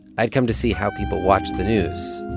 i'd come to see how people watch the news.